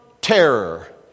terror